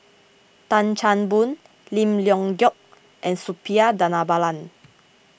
Tan Chan Boon Lim Leong Geok and Suppiah Dhanabalan